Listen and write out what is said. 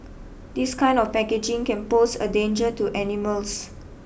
this kind of packaging can pose a danger to animals